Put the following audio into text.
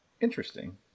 Interesting